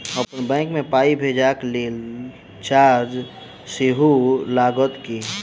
अप्पन बैंक मे पाई भेजबाक लेल चार्ज सेहो लागत की?